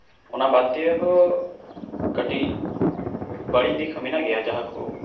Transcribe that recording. ᱚᱱᱟ ᱵᱟᱫ ᱫᱤᱭᱮᱦᱚᱸ ᱠᱟᱹᱴᱤᱡ ᱵᱟᱹᱲᱤᱡ ᱫᱤᱠᱦᱚᱸ ᱢᱮᱱᱟᱜ ᱜᱮᱭᱟ ᱡᱟᱦᱟᱸᱠᱩ